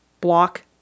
block